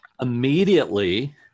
immediately